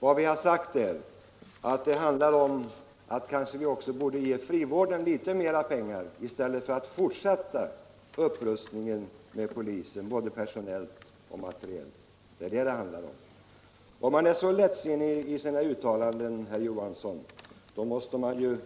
Vad vi har sagt är att man borde ge frivården litet mer pengar i stället för att fortsätta upprustningen av polisen både personellt och materiellt. Det är detta det handlar om. Man måste ju tänka sig för litet grand, herr Johansson, och inte göra så lättsinniga